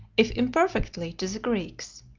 if imperfectly, to the greeks.